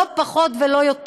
לא פחות ולא יותר.